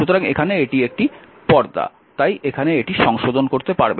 সুতরাং এখানে এটি একটি পর্দা তাই এখানে একটি সংশোধন করতে পারবেন না